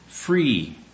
Free